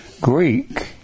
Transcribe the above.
Greek